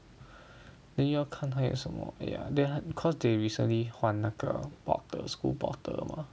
那要看他有什么 !aiya! then because they recently 换那个 portal school portal mah